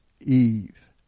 Eve